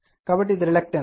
కాబట్టి ఇది రిలక్టన్సు